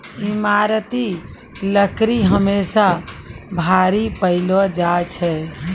ईमारती लकड़ी हमेसा भारी पैलो जा छै